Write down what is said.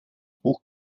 buch